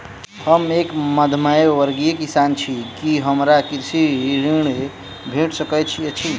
हम एक मध्यमवर्गीय किसान छी, की हमरा कृषि ऋण भेट सकय छई?